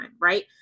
Right